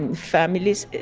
and families,